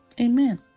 Amen